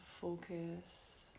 focus